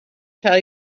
tell